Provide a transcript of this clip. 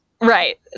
Right